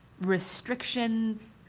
restriction